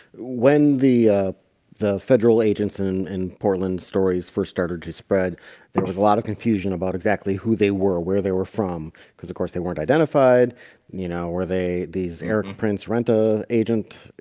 when the ah the federal agents and and portland stories first started to spread there was a lot of confusion about exactly who they were where they were from because of course they weren't identified you know, were they these eric prince renta agent?